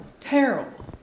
terrible